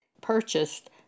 purchased